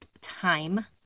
time